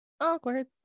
Awkward